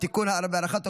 חבר הכנסת יוסף עטאונה,